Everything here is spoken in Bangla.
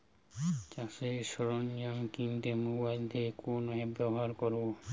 চাষের সরঞ্জাম কিনতে মোবাইল থেকে কোন অ্যাপ ব্যাবহার করব?